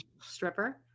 Stripper